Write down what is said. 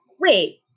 Wait